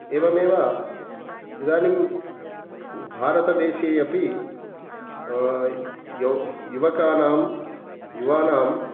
एवमेव इदानीं भारतदेशे अपि यौ युवकानां युवानाम्